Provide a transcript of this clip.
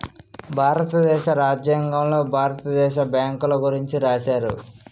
భారతదేశ రాజ్యాంగంలో భారత దేశ బ్యాంకుల గురించి రాశారు